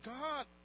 God